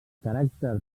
caràcter